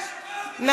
בבקשה, גברתי.